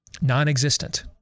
non-existent